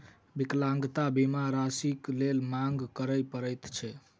विकलांगता बीमा राशिक लेल मांग करय पड़ैत छै